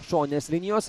šoninės linijos